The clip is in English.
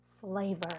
flavor